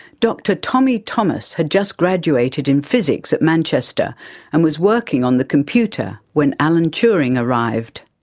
dr tommy thomas had just graduated in physics at manchester and was working on the computer when alan turing arrived.